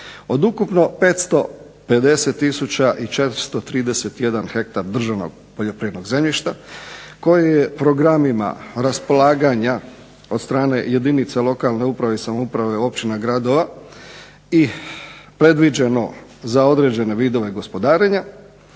Od ukupno 550 tisuća i 431 hektar državnog poljoprivrednog zemljišta koje je programima raspolaganja od strane jedinica lokalne uprave i samouprave općina, gradova i predviđeno za određene vidove gospodarenja